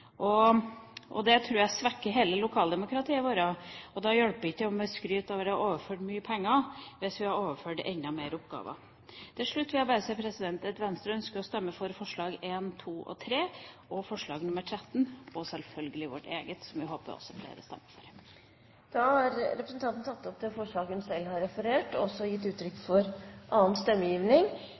Og det tror jeg svekker hele lokaldemokratiet vårt. Da hjelper det ikke om vi skryter av å ha overført mye penger, hvis vi har overført enda mer oppgaver. Til slutt vil jeg si at Venstre ønsker å stemme for forslagene nr. 1, 2 og 3 og forslag nr. 13, og selvfølgelig vårt eget forslag, som jeg håper også flere vil stemme for. Da har representanten Trine Skei Grande tatt opp det forslaget hun refererte til, og også gitt uttrykk for annen stemmegivning.